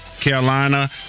Carolina